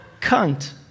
cunt